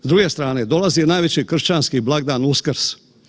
S druge strane dolazi najveći kršćanski blagdan Uskrs.